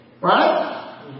Right